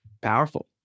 powerful